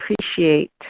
appreciate